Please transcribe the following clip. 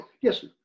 Yes